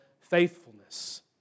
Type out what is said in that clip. faithfulness